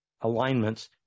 alignments